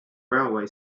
railway